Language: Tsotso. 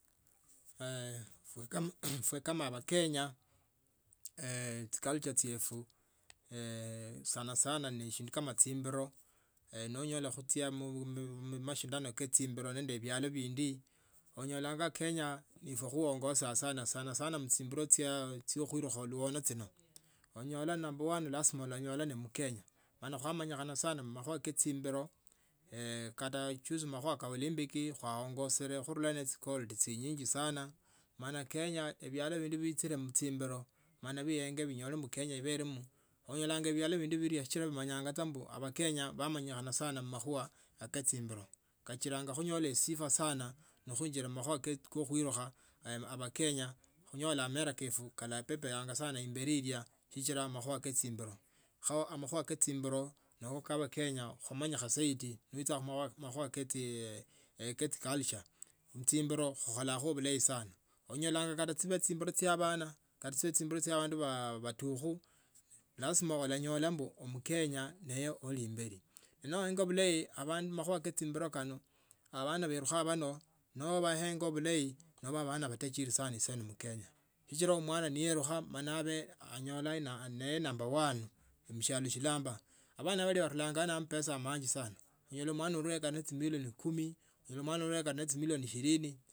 if we kama bakenya chiculture chi efu sanasana ne sindu kama chimbilio nonyola mashindano kama chimbilio nende vials vindu onyolanga kenya nifwe khuongoza sana sana muchimbilo chya khuilukwa lwo chino onyola number one lazima anyonelene mkenya. Bulano kwamanyikha sana mmakhuwa ke chimbilo kata juzi mmakhuwa kaa dumpiki kwaongozele khurula ne chigold chinyingi sana mala kenya bialo bindu bichile chumbilo mala khuenge khunyole mbu kenya ibelemo khunyola ibi ato bindu biria sichila bimanye tu abakenya bamanyikcha sana mmakhuwaa akachimbilo kachila khunyola sifa sana nekhuingila mamakhuwa kwa khuilukha abakenya khunyola amera kefu kalapepeanga sana imberi ilya sichila ama khuwa kaa chimbilo kho amakhuwa ke chimbilo no ka kenya kwamanyikha zaidi noicha khumakhuwa kye chiculture mchimbilo khulholacho hilarious sana onyola kata chimbilo chia bana kata chiba chimbilo chya abandu batukhu lazima ulanyola mbu omukenya ne ali imbali noenga bulayi amakhuwa kaa chimbilo chino abana belukha bano nobaenga bulayi nibu bana batajiri sana mkenya sichila mwana neyelukha mala abe anyola nibu number one onushialo shilamba abana bano banula ano nende ambesa menji sana onyola mwana anuleo kata ne chemilioni kumi. nonyola mwana uyo kata nechimilioni ishirini.